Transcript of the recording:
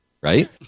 Right